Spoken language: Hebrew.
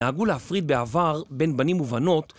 נהגו להפריד בעבר בין בנים ובנות